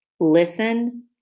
Listen